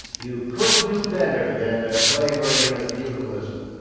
you could do better than the slavery and the feudalism.